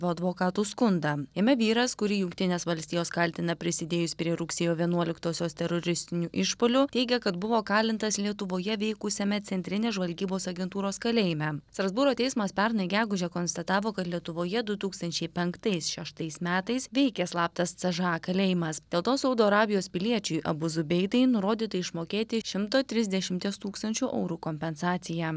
advokatų skundą jame vyras kurį jungtinės valstijos kaltina prisidėjus prie rugsėjo vienuoliktosios teroristinių išpuolių teigia kad buvo kalintas lietuvoje veikusiame centrinės žvalgybos agentūros kalėjime strasbūro teismas pernai gegužę konstatavo kad lietuvoje du tūkstančiai penktais šeštais metais veikė slaptas c ž a kalėjimas dėl to saudo arabijos piliečiui abuzu beitai nurodyta išmokėti šimtą trisdešimties tūkstančio eurų kompensaciją